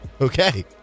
okay